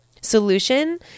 solution